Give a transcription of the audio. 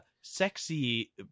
sexy